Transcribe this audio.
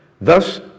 Thus